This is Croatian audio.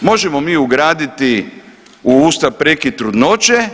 Možemo mi ugraditi u Ustav prekid trudnoće